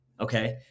okay